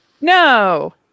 No